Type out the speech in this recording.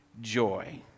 joy